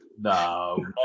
No